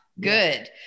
Good